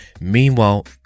meanwhile